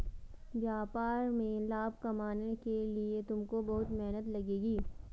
व्यापार में लाभ कमाने के लिए तुमको बहुत मेहनत लगेगी